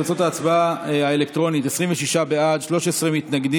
תוצאות ההצבעה האלקטרונית: 26 בעד,